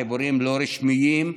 לא רשמיים,